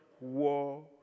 war